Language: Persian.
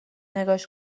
نگاش